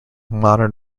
modern